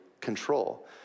control